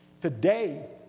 Today